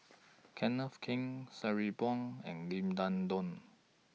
Kenneth Keng Sabri Buang and Lim Denan Denon